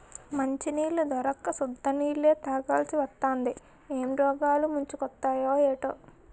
మంచినీళ్లు దొరక్క సుద్ద నీళ్ళే తాగాలిసివత్తాంది ఏం రోగాలు ముంచుకొత్తయే ఏటో